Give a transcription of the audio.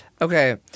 Okay